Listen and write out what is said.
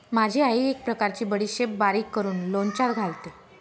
माझी आई एक प्रकारची बडीशेप बारीक करून लोणच्यात घालते